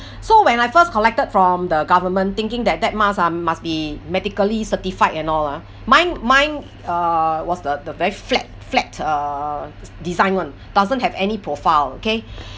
so when I first collected from the government thinking that that mask ah must be medically certified and all ah mine mine uh was the the very flat flat uh design [one] doesn't have any profile okay